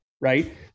right